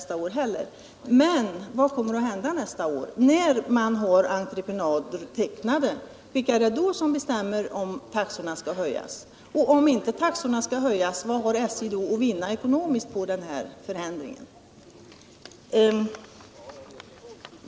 Men vad kommer att hända nästa år när nya entreprenadavtal har tecknats? Vilka är det som då bestämmer om huruvida taxorna skall höjas? Och om taxorna inte skall höjas, vad har SJ då att vinna ekonomiskt på denna förändring?